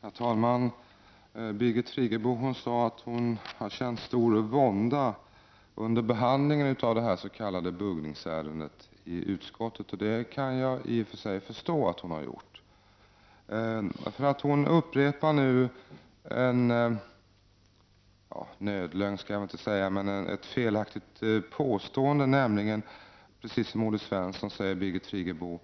Herr talman! Birgit Friggebo sade att hon har känt stor vånda under behandlingen av det s.k. buggningsärendet i utskottet. Det kan jag i och för sig förstå att hon har gjort. Hon upprepar nu en, jag skall inte säga nödlögn, men ett felaktigt påstående. Precis som Olle Svensson säger nämligen Birgit Friggebo